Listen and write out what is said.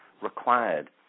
required